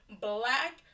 black